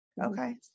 Okay